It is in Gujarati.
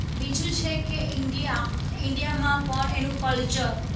બીજું છે કે ઈન્ડિયા ઈન્ડિયામાં પણ એનું કલ્ચર